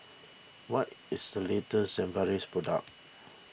what is the latest Sigvaris product